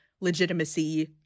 legitimacy